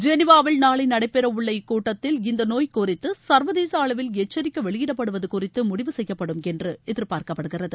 ஜெனிவாவில் நாளைநடைபெறஉள்ள இக்கூட்டத்தில் இந்தநோய் குறித்துசர்வதேசஅளவில் எச்சரிக்கைவெளியிடபடுவதுகுறித்துமுடிவு செய்யப்படும் என்றுஎதிர்பார்க்கப்படுகிறது